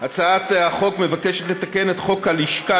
הצעת החוק מבקשת לתקן את חוק הלשכה,